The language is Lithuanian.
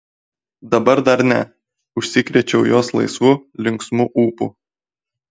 dabar dar ne užsikrėčiau jos laisvu linksmu ūpu